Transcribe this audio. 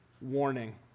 warning